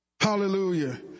Hallelujah